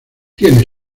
tiene